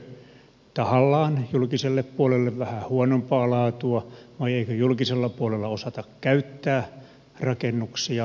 tehdäänkö tahallaan julkiselle puolelle vähän huonompaa laatua vai eikö julkisella puolella osata käyttää rakennuksia